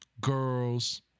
Girls